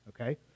okay